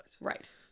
Right